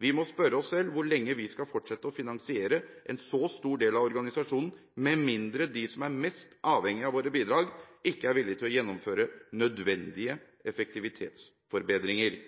Vi må spørre oss selv hvor lenge vi skal fortsette å finansiere en så stor del av organisasjonen med mindre de som er mest avhengige av våre bidrag, ikke er villig til å gjennomføre nødvendige effektivitetsforbedringer.